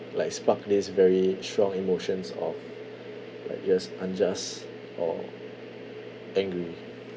like spark these very strong emotions of like just unjust or angry